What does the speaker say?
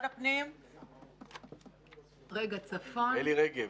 שלום, אלי.